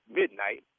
midnight